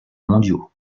mondiaux